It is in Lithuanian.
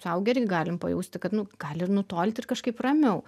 suaugę irgi galim pajausti kad nu gali ir nutolt ir kažkaip ramiau